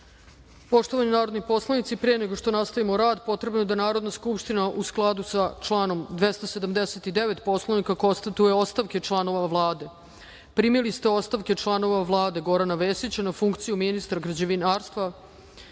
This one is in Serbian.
skupštini. Poštovani narodni poslanici, pre nego što nastavimo rad potrebno je da Narodna skupština u skladu sa članom 279. Poslovnika konstatuje ostavke članova Vlade. Primili ste ostavke članova Vlade Gorana Vesića na funkciju ministra građevinarstva,